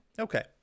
Okay